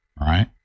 right